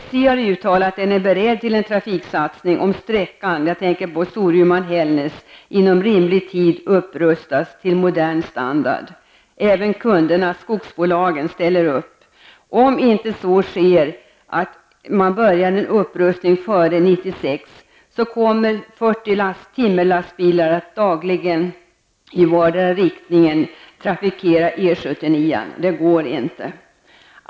SJ har uttalat att man är beredd till en trafiksatsning, om sträckan Storuman--Hällnäs inom rimlig tid upprustas till modern standard. Även kunderna -- de stora skogsbolagen -- ställer upp. Om inte upprustningen påbörjas före 1996 kommer 40 timmerlastbilar i vardera riktningen att dagligen trafikera E79. Det går inte.